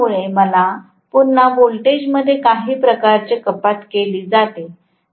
ज्यामुळे पुन्हा व्होल्टेजमध्ये काही प्रकारचे कपात केली जाते